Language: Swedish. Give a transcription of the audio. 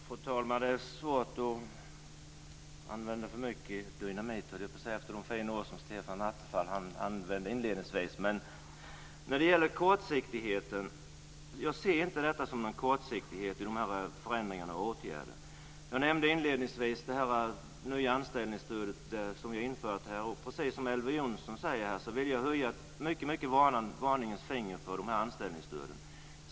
Fru talman! Det är svårt att använda för mycket dynamit efter de fina ord som Stefan Attefall sade inledningsvis. Jag ser inte någon kortsiktighet i de här förändringarna och åtgärderna. Jag nämnde inledningsvis det nya anställningsstöd som vi har infört. Precis som Elver Jonsson säger, vill jag höja ett varningens finger för dessa anställningsstöd.